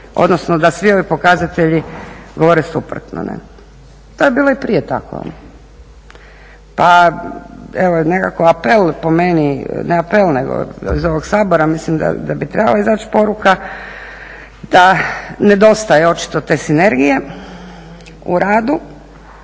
odnosno da svi ovi pokazatelji govore suprotno. To je bilo i prije tako. Pa evo nekako apel po meni, ne apel nego iz ovog Sabora mislim da bi trebala izaći poruka da nedostaje očito te sinergije u radu